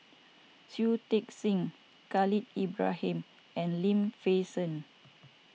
Shui Tit Sing Khalil Ibrahim and Lim Fei Shen